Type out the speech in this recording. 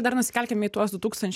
dar nusikelkime į du tūkstančiai